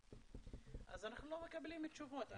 אז אנחנו לא מקבלים תשובות.